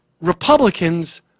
republicans